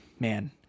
Man